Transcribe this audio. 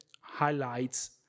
highlights